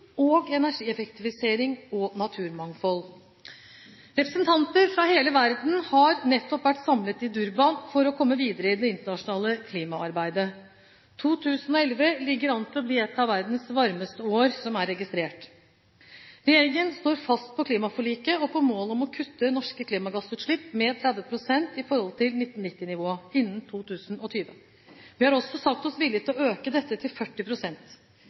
og energieffektivisering og naturmangfold. Representanter fra hele verden har nettopp vært samlet i Durban for å komme videre i det internasjonale klimaarbeidet. 2011 ligger an til å bli et av verdens varmeste år som er registrert. Regjeringen står fast på klimaforliket og på målet om å kutte norske klimagassutslipp med 30 pst. i forhold til 1990-nivå innen 2020. Vi har også sagt oss villige til å øke dette til